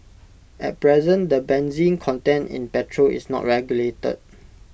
at present the benzene content in petrol is not regulated